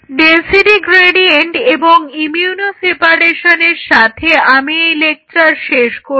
density gradient এবং immuno সেপারেশনের সাথে আমি এই লেকচার শেষ করছি